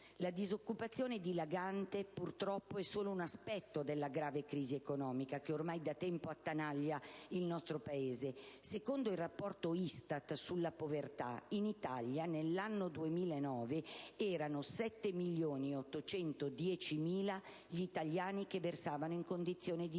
La disoccupazione dilagante, purtroppo, è solo un aspetto della grave crisi economica che ormai da tempo attanaglia il nostro Paese. Secondo il rapporto ISTAT sulla povertà in Italia, nell'anno 2009, erano 7.810.000 gli italiani che versavano in condizioni di